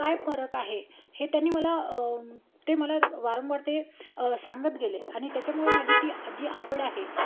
काय फरक आहे हे त्यांनी मला ते मला वारंवार ते सांगत गेले आणि त्याच्यामुळे माझी ती जी आवड आहे